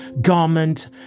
Garment